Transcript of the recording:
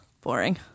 Boring